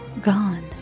gone